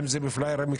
בפליירים,